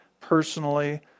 personally